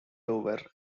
dover